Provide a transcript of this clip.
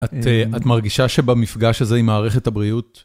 את אה את מרגישה שבמפגש הזה עם מערכת הבריאות?